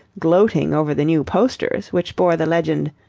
gloating over the new posters which bore the legend,